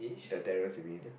you mean